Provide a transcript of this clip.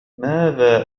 ماذا